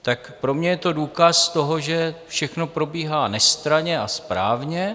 Tak pro mě je to důkaz toho, že všechno probíhá nestranně a správně.